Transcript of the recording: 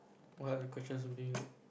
what are the questions of being